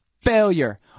Failure